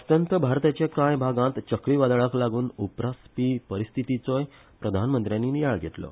अस्तंत भारताच्या कांय भागांत चक्रिवादळाक लागुन उप्रासपी परिस्थीतीचोय प्रधानमंत्र्यानी नियाळ घेतलो